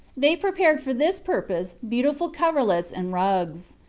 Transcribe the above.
they prepared for this purpose beautiful coverlets and rugs.